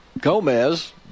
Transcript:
Gomez